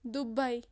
Dubai